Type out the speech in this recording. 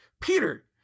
Peter